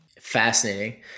Fascinating